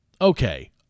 okay